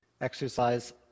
exercise